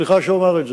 סליחה שאני אומר את זה.